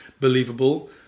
believable